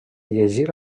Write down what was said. llegir